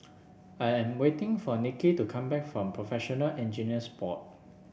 I am waiting for Nikki to come back from Professional Engineers Board